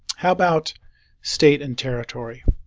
how about state and territory.